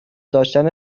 داشتن